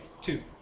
two